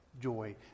joy